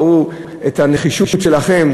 ראו את הנחישות שלכם,